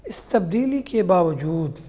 اس تبدیلی کے باوجود